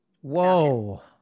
Whoa